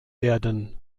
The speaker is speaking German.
werden